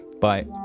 Bye